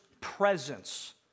presence